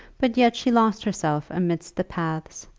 but yet she lost herself amidst the paths,